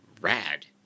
rad